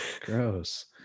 Gross